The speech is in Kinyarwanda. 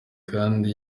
kandi